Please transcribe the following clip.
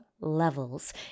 levels